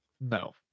No